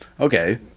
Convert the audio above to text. Okay